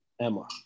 Emma